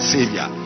Savior